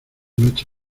noche